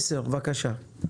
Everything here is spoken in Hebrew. דפוס "מסר", בבקשה.